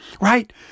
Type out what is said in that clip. right